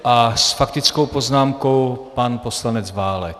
S faktickou poznámkou pan poslanec Válek.